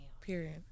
Period